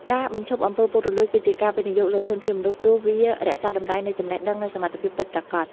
ការបញ្ឈប់ អំពើពុករលួយ គឺជាការវិនិយោគលើ "ធនធានមនុស្ស" ព្រោះវារក្សាតម្លៃនៃចំណេះដឹង និងសមត្ថភាពពិតប្រាកដ។